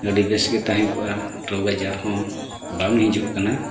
ᱟᱹᱰᱤ ᱵᱮᱥ ᱜᱮ ᱛᱟᱦᱮᱸ ᱠᱚᱜᱼᱟ ᱨᱳᱜᱽ ᱟᱡᱟᱨ ᱦᱚᱸ ᱵᱟᱝ ᱦᱤᱡᱩᱜ ᱠᱟᱱᱟ